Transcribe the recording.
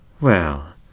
Well